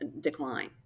decline